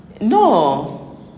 No